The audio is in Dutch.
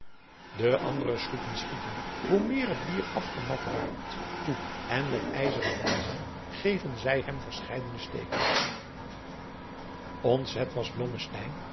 de andere sloepen schieten hoe meer het dier afgemat raakt toe en met ijzeren lensen geven zij hem verscheidene steken ontzet was